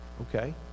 Okay